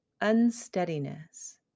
unsteadiness